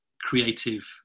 creative